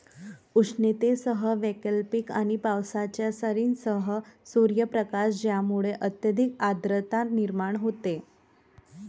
उष्णतेसह वैकल्पिक आणि पावसाच्या सरींसह सूर्यप्रकाश ज्यामुळे अत्यधिक आर्द्रता निर्माण होते